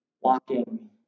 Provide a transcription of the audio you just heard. walking